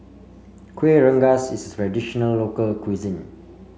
Kuih Rengas is traditional local cuisine